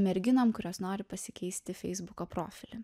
merginom kurios nori pasikeisti feisbuko profilį